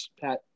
Pat